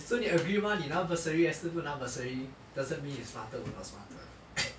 so 你 agree mah 你拿 bursary 还是不拿 bursary doesn't mean you smarter or I smarter